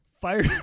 Fire